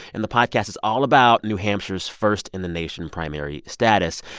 and the podcast is all about new hampshire's first-in-the-nation primary status.